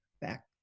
back